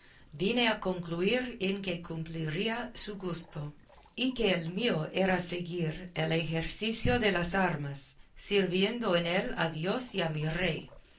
vine a concluir en que cumpliría su gusto y que el mío era seguir el ejercicio de las armas sirviendo en él a dios y a mi rey